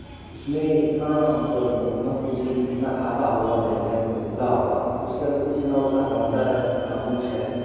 उसमें इतना मतलब मत पूछिए कि जितना खाता होगा मेरे बैंक में खुला हुआ उसके अनुकूल से ना उतना काउन्टर है ना कुछ है